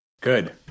Good